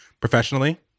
professionally